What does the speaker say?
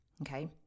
Okay